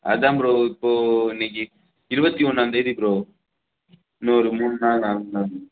அதான் ப்ரோ இப்போது இன்றைக்கி இருபத்தி ஒன்றாந்தேதி ப்ரோ இன்னும் ஒரு மூணு நாள் நாலு நாள்